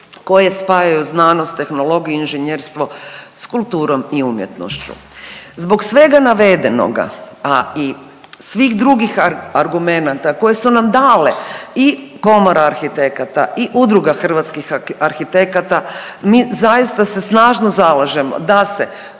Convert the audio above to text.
koje spajaju znanost, tehnologiju, inženjerstvo s kulturom i umjetnošću. Zbog svega navedenoga, a i svih drugih argumenata koje su nam dale i Komora arhitekata i Udruga hrvatskih arhitekata mi zaista se snažno zalažemo da se